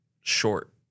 short